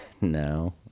No